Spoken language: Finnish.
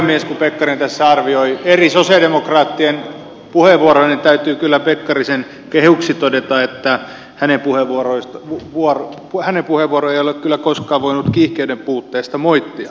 kun pekkarinen tässä arvioi eri sosialidemokraattien puheenvuoroja niin täytyy kyllä pekkarisen kehuksi todeta että hänen puheenvuorojaan ei ole kyllä koskaan voinut kiihkeyden puutteesta moittia